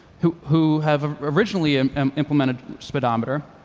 who who have ah originally um um implemented speedometer,